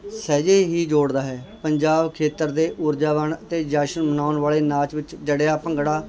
ਸਹਿਜੇ ਹੀ ਜੋੜਦਾ ਹੈ ਪੰਜਾਬ ਖੇਤਰ ਦੇ ਊਰਜਾਵਾਨ ਅਤੇ ਜਸ਼ਨ ਮਨਾਉਣ ਵਾਲੇ ਨਾਚ ਵਿੱਚ ਜੜਿਆ ਭੰਗੜਾ